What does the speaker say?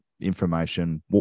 information